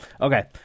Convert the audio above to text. Okay